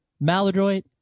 Maladroit